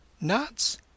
Nuts